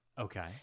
Okay